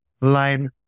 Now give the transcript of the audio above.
line